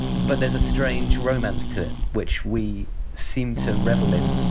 but there's a strange romance to it which we seem to revel in,